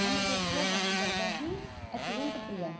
हमको खो बहुत ज़्यादा ही अत्यंत प्रिय है